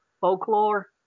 folklore